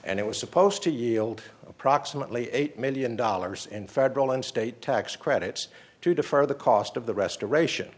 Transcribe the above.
and it was supposed to yield approximately eight million dollars in federal and state tax credits to defer the cost of the restoration